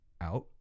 out